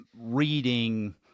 reading